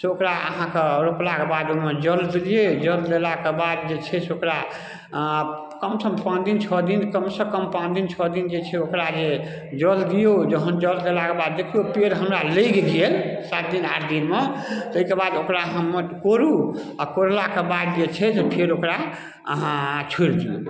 से ओकरा अहाँके रोपलाक बाद ओइमे जल देलियै जल देलाक बाद जे छै से ओकरा आ कमसँ कम पाँच दिन छओ दिन कमसँ कम पाँच दिन छओ दिन जे छै ओकरा जे जल दियौ जहन जल देलाके बाद देखियौ पेड़ हमरा लागि गेल सात दिन आठ दिनमे तै कए बाद ओकरा अहाँ माटि कोड़ू आओर कोड़लाके बाद जे छै जे फेर ओकरा अहाँ छोड़ि दियौ